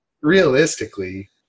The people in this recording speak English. Realistically